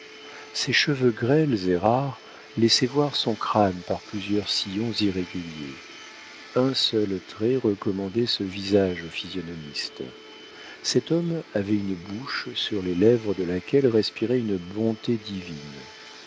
ses cheveux grêles et rares laissaient voir son crâne par plusieurs sillons irréguliers un seul trait recommandait ce visage au physionomiste cet homme avait une bouche sur les lèvres de laquelle respirait une bonté divine